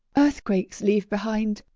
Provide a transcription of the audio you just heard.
earthquakes leave behind,